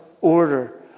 order